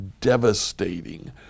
devastating